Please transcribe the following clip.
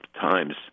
times